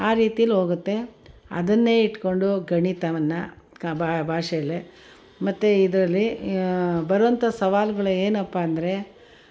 ಆ ರೀತಿಲಿ ಹೋಗುತ್ತೆ ಅದನ್ನೇ ಇಟ್ಕೊಂಡು ಗಣಿತವನ್ನು ಕ ಭಾಷೆಲೆ ಮತ್ತು ಇದರಲ್ಲಿ ಬರುವಂಥ ಸವಾಲುಗಳು ಏನಪ್ಪ ಅಂದರೆ